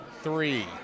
Three